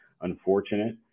unfortunate